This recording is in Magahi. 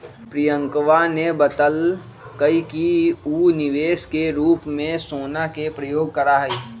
प्रियंकवा ने बतल कई कि ऊ निवेश के रूप में सोना के प्रयोग करा हई